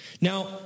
now